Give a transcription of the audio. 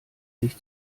sich